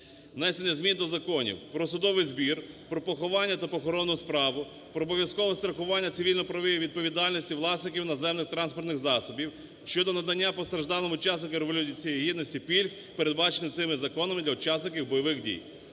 …внесення змін до законів "Про судовий збір", "Про поховання та похоронну справу", "Про обов'язкове страхування цивільно-правової відповідальності власників наземних транспортних засобів" щодо надання постраждалим учасникам Революції Гідності пільг, передбачених цими законами для учасників бойових дій.